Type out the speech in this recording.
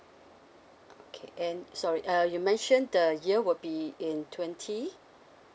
okay and sorry uh you mentioned the year will be in twenty